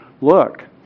look